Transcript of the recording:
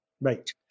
Right